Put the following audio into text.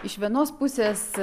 iš vienos pusės